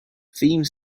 theme